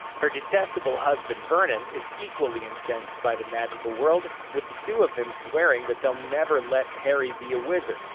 her detestable husband vernon is equally incensed by the magical world, with the two of them swearing that they'll never let harry be a wizard.